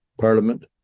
parliament